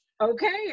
Okay